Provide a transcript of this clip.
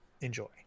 enjoy